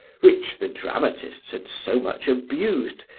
which the dramatists had so much abused,